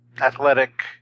Athletic